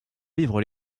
vivre